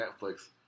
Netflix